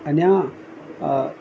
अञा